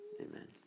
amen